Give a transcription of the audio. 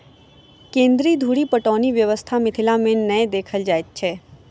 केन्द्र धुरि पटौनी व्यवस्था मिथिला मे नै देखल जाइत अछि